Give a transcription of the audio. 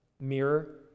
mirror